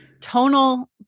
tonal